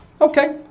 Okay